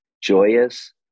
joyous